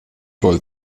gerade